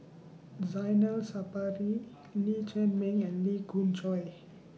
Zainal Sapari Lee Chiaw Meng and Lee Khoon Choy